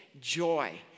joy